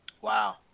Wow